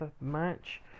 match